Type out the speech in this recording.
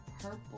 Purple